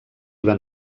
van